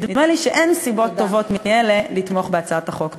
נדמה לי שאין סיבות טובות מאלה לתמוך בהצעת החוק.